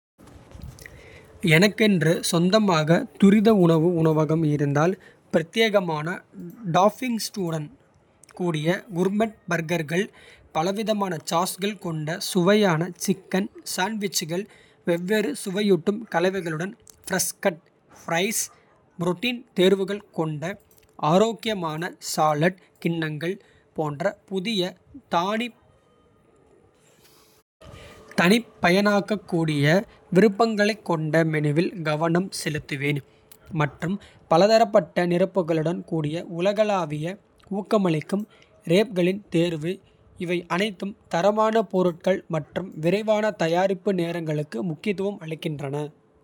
எனக்கென்று சொந்தமாக துரித உணவு உணவகம். இருந்தால் பிரத்யேகமான டாப்பிங்ஸுடன் கூடிய. குர்மெட் பர்கர்கள் பலவிதமான சாஸ்கள் கொண்ட. சுவையான சிக்கன் சாண்ட்விச்கள். வெவ்வேறு சுவையூட்டும் கலவைகளுடன் ஃப்ரெஷ். கட் ப்ரைஸ் புரோட்டீன் தேர்வுகள் கொண்ட. ஆரோக்கியமான சாலட் கிண்ணங்கள் போன்ற புதிய. தனிப்பயனாக்கக்கூடிய விருப்பங்களைக் கொண்ட. மெனுவில் கவனம் செலுத்துவேன் மற்றும் பலதரப்பட்ட. நிரப்புகளுடன் கூடிய உலகளாவிய ஊக்கமளிக்கும் ரேப்களின். தேர்வு இவை அனைத்தும் தரமான பொருட்கள் மற்றும். விரைவான தயாரிப்பு நேரங்களுக்கு முக்கியத்துவம் அளிக்கின்றன.